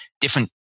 different